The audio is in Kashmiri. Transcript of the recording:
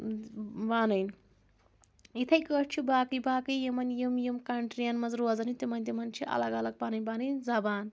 ونٕنۍ یِتھٕے کٲٹھۍ چھِ باقٕے باقٕے یِمَن یِم یِم کَنٹرِی ین منٛز روزَان تِمن تِمن چھِ الگ الگ پَنٕنۍ پَنٕنۍ زبان